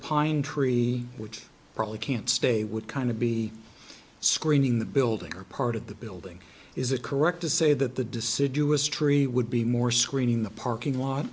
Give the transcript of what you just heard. pine tree which probably can't stay would kind of be screening the building or part of the building is it correct to say that the deciduous tree would be more screening the parking lot